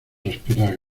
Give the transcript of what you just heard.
respirar